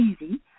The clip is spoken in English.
easy